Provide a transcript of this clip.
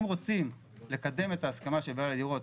אם רוצים לקדם את ההסכמה של בעלי הדירות,